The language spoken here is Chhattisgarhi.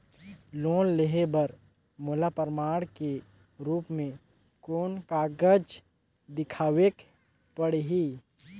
लोन लेहे बर मोला प्रमाण के रूप में कोन कागज दिखावेक पड़ही?